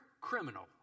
criminal